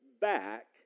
back